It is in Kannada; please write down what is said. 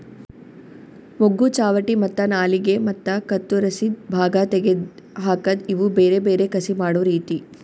ಮೊಗ್ಗು, ಚಾವಟಿ ಮತ್ತ ನಾಲಿಗೆ ಮತ್ತ ಕತ್ತುರಸಿದ್ ಭಾಗ ತೆಗೆದ್ ಹಾಕದ್ ಇವು ಬೇರೆ ಬೇರೆ ಕಸಿ ಮಾಡೋ ರೀತಿ